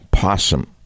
Possum